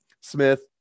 Smith